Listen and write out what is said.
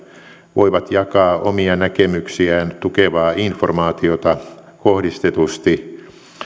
voivat jakaa omia näkemyksiään tukevaa informaatiota kohdistetusti